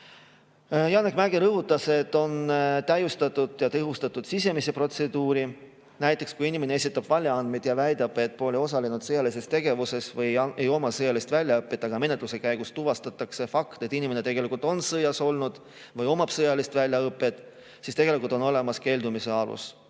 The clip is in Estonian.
Janek Mägi rõhutas, et on täiustatud ja tõhustatud sisemisi protseduure. Kui inimene näiteks esitab valeandmeid ja väidab, et ta pole osalenud sõjalises tegevuses või ei oma sõjalist väljaõpet, aga menetluse käigus tuvastatakse fakt, et inimene tegelikult on sõjas olnud või omab sõjalist väljaõpet, siis tegelikult on olemas keeldumise alus.